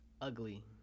ugly